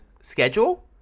schedule